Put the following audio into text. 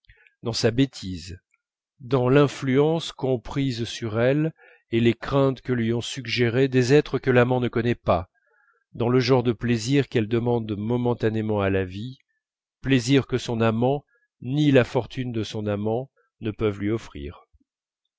dans sa bêtise dans l'influence qu'ont prise sur elle et les craintes que lui ont suggérées des êtres que l'amant ne connaît pas dans le genre de plaisirs qu'elle demande momentanément à la vie plaisirs que son amant ni la fortune de son amant ne peuvent lui offrir